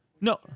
No